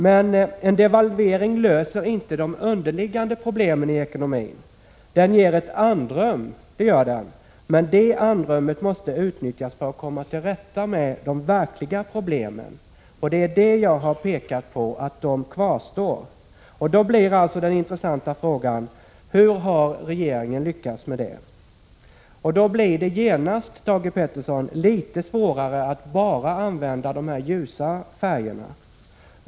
Men en devalvering löser inte de grundläggande problemen i ekonomin. Den ger ett andrum. Men det andrummet måste man utnyttja för att komma till rätta med de verkliga problemen — och jag har pekat på att de kvarstår. Då blir alltså den intressanta frågan: Hur har regeringen lyckats när det gäller de grundläggande problemen? Och då blir det genast, Thage Peterson, litet svårare att bara använda de ljusa färgerna.